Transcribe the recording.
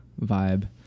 vibe